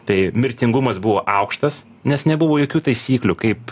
tai mirtingumas buvo aukštas nes nebuvo jokių taisyklių kaip